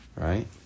Right